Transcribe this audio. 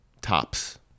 tops